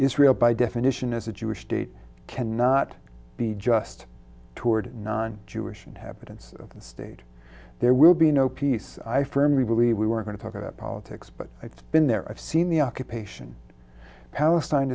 israel by definition as a jewish state cannot be just toward non jewish inhabitants of the state there will be no peace i firmly believe we were going to talk about politics but it's been there i've seen the